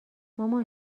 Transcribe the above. مامان